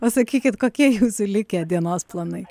o sakykit kokie jūsų likę dienos planai